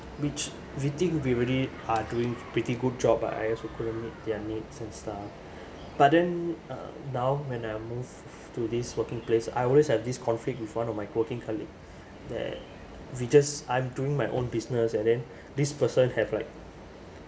which we think we already are doing pretty good job ah or else we couldn't meet their needs and stuff but then um now when I move to this working place I always have this conflict with one of my working colleague that we just I'm doing my own business and then this person have like